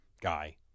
guy